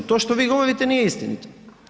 To što vi govorite, nije istinito.